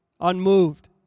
unmoved